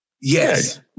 Yes